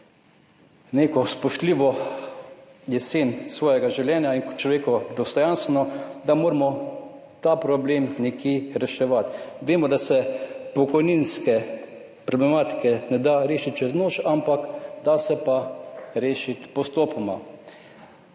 neko spoštljivo jesen svojega življenja in kot človeku dostojanstveno, da moramo ta problem nekje reševati. Vemo, da se pokojninske problematike ne da rešiti čez noč, ampak da se pa rešiti postopoma.